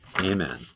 Amen